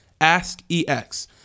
AskEX